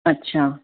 अच्छा